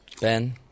Ben